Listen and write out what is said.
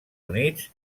units